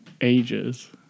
ages